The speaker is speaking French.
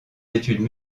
études